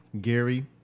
Gary